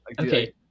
Okay